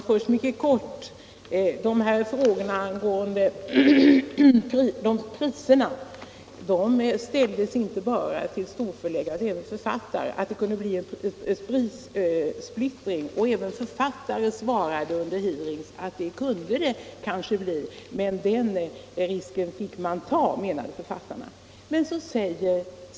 Herr talman! Frågorna angående priserna ställdes vid utskottets hearing inte bara till storförläggare utan även till författare. Prissplittring kunde det kanske bli men den risken fick man ta, menade författarna.